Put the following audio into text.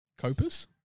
Copus